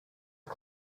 its